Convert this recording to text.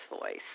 voice